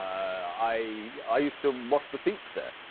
i used to wash the seats there.